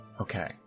Okay